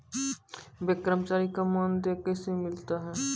Bank कर्मचारी का मानदेय कैसे मिलता हैं?